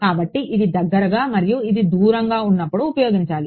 కాబట్టి ఇది దగ్గరగా మరియు ఇది దూరంగా ఉన్నప్పుడు ఉపయోగించాలి